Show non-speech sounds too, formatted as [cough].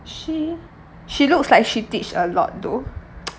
she she looks like she teach a lot though [noise]